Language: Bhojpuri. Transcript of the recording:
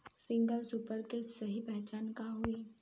सिंगल सुपर के सही पहचान का हई?